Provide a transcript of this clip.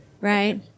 Right